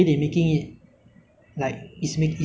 try not to like destroy all the green spaces ah